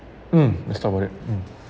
mm let's talk about it